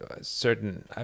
certain